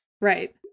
Right